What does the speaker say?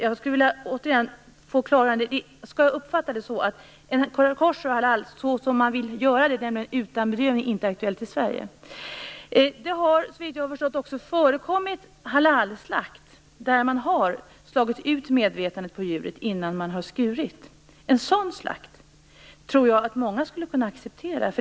Jag skulle vilja få ett ytterligare klargörande: Skall jag uppfatta det så att koscher och halalslakt så som man vill utföra den, nämligen utan bedövning, inte är aktuell i Sverige? Det har såvitt jag förstår också förekommit halalslakt där man har slagit ut medvetandet på djuret innan man har skurit. En sådan slakt tror jag att många skulle kunna acceptera.